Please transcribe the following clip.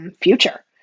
Future